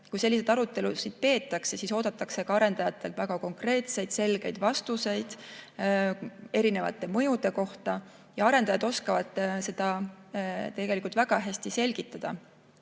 kui selliseid arutelusid peetakse, siis oodatakse arendajatelt väga konkreetseid ja selgeid vastuseid mõjude kohta. Arendajad oskavad tegelikult väga hästi selgitada.